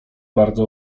bardzo